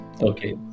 Okay